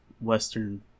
western